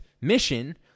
mission